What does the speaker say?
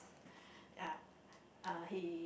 ya uh he